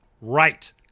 Right